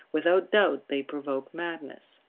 without doubt they provoke madness.